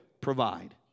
provide